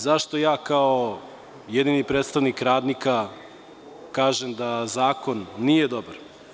Zašto ja kao jedini predstavnik radnika kažem da zakon nije dobar?